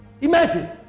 Imagine